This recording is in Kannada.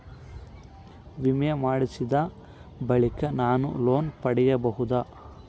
ವಿಮೆ ಮಾಡಿಸಿದ ಬಳಿಕ ನಾನು ಲೋನ್ ಪಡೆಯಬಹುದಾ?